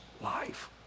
life